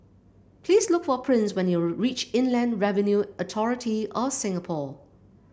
please look for Prince when you reach Inland Revenue Authority of Singapore